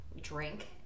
Drink